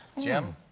jim?